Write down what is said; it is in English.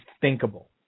thinkable